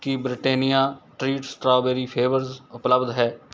ਕੀ Britannia treat strawberry flavours ਉਪਲਬਧ ਹੈ